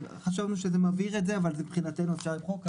חשבנו שזה מבהיר את זה אבל את זה מבחינתנו אפשר למחוק.